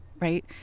right